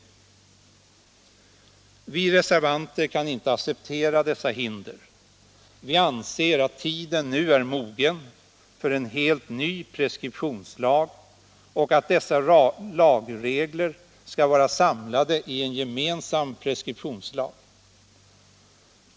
Vi reservanter kan inte acceptera dessa hinder. Vi anser att tiden nu är mogen för en helt ny preskriptionslag och att lagreglerna skall vara samlade i en gemensam preskriptionslag.